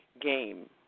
game